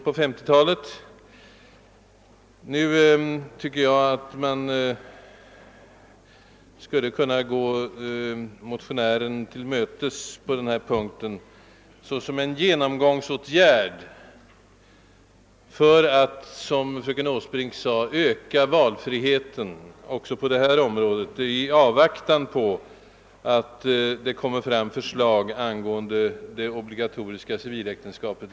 Jag tycker att man nu skulle kunna gå motionärerna till mötes på den nu aktuella punkten som en genomgångsåtgärd för att, som: fröken Åsbrink sa de, öka valfriheten även på detta område i avvaktan på förslag rörande det obligatoriska civiläktenskapet.